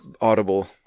audible